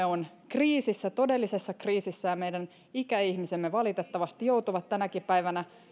on kriisissä todellisessa kriisissä ja meidän ikäihmisemme valitettavasti joutuvat tänäkin päivänä